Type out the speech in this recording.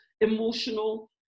emotional